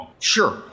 Sure